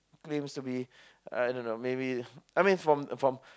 claims to be uh I don't know maybe I mean from from